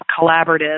collaborative